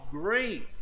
great